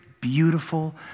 beautiful